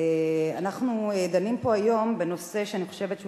אנחנו דנים פה היום בנושא שאני חושבת שהוא